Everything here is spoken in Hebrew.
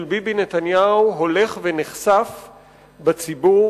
ראש הממשלה נתניהו הולך ונחשף בציבור,